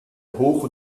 hoch